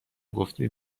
گفتید